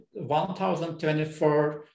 1024